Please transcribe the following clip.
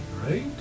right